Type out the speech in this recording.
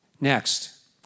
Next